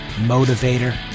motivator